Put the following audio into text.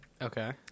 okay